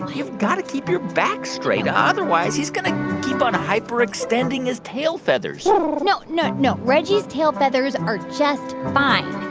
you've got to keep your back straight. otherwise, he's gonna keep on hyperextending his tail feathers no, no, no. reggie's tail feathers are just fine